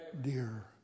dear